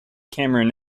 cameron